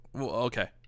Okay